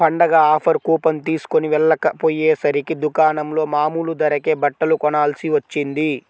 పండగ offer coupon తీస్కొని వెళ్ళకపొయ్యేసరికి దుకాణంలో మామూలు ధరకే బట్టలు కొనాల్సి వచ్చింది